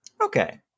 Okay